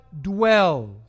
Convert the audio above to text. dwells